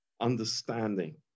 understanding